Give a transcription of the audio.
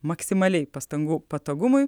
maksimaliai pastangų patogumui